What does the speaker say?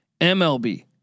MLB